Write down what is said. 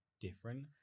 different